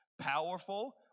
powerful